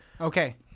Okay